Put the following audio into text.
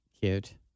Cute